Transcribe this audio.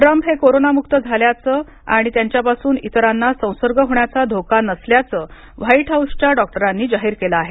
Trump हे कोरोनामुक्त झाल्याचं आणि त्यांच्यापासून इतरांना संसर्ग होण्याचा धोका नसल्याचं व्हाईट हाउसच्या डॉक्टरांनी जाहीर केलं आहे